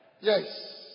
Yes